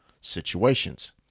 situations